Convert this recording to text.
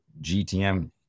GTM